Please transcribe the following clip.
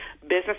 business